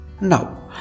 Now